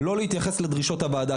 לא להתייחס לדרישות הוועדה,